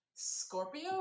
Scorpio